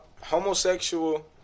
homosexual